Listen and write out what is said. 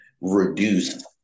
reduce